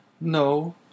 No